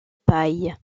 paille